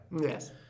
Yes